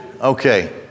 Okay